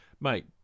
mate